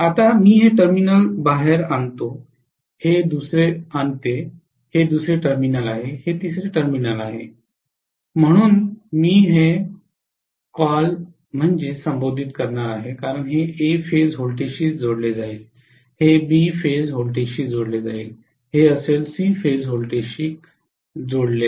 आता मी हे टर्मिनल बाहेर आणते हे दुसरे टर्मिनल आहे हे तिसरे टर्मिनल आहे म्हणून मी हे कॉल करणार आहे कारण हे A फेज व्होल्टेजशी जोडले जाईल हे B फेज व्होल्टेजशी जोडले जाईल हे असेल C फेज व्होल्टेजशी कनेक्ट केलेले आहे